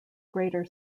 greater